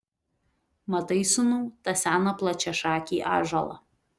matai sūnau tą seną plačiašakį ąžuolą